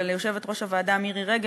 של יושבת-ראש הוועדה מירי רגב,